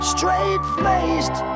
Straight-faced